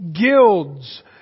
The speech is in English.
guilds